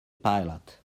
pilot